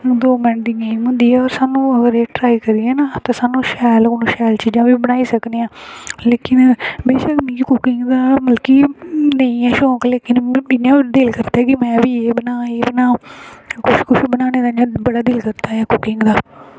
दो मिंट दी गेम होंदी ओह् स्हानू आखदे करी लैन्ने आं ट्राई करी लैने आं ते स्हान्ने शैल चीज़ां बी बनाई लैन्ने आं लेकिन बेशक्क कुकिंग दा मिगी हून निं ऐ शौक लेकिन हून दिल करदा की में बी एह् बनांऽ एह् बनांऽ कुछ कुछ बनाने दा इंया बड़ा दिल करदा ऐ कुकिंग बनाने दा